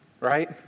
Right